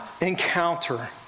encounter